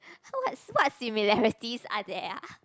what's what's similarities are there ah